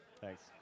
Thanks